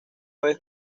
vez